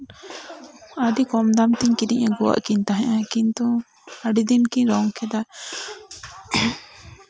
ᱟᱹᱰᱤ ᱠᱚᱢ ᱫᱟᱢ ᱛᱤᱧ ᱠᱤᱨᱤᱧ ᱟᱹᱜᱩᱣᱟᱜ ᱠᱤᱱ ᱛᱟᱦᱮᱱᱟ ᱠᱤᱱᱛᱩ ᱟᱹᱰᱤ ᱫᱤᱱ ᱠᱤᱱ ᱨᱚᱝ ᱠᱮᱫᱟ